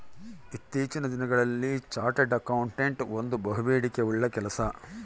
ಇತ್ತೀಚಿನ ದಿನಗಳಲ್ಲಿ chartered accountant ಒಂದು ಬಹುಬೇಡಿಕೆ ಉಳ್ಳ ಕೆಲಸ